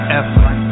effort